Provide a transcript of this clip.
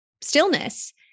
stillness